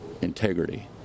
integrity